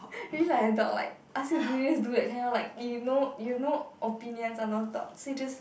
really like a dog like ask you do this do that kind like you no you no opinions or no thoughts so you just